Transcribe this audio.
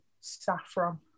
saffron